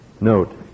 Note